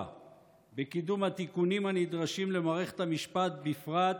בקידום התיקונים הנדרשים למערכת המשפט בפרט